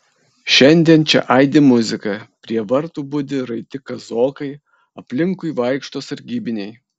šiandien čia aidi muzika prie vartų budi raiti kazokai aplinkui vaikšto sargybiniai